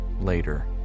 later